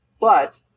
but